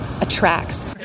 attracts